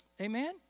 Amen